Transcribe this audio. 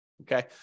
Okay